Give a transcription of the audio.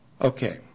Okay